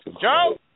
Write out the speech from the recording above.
Joe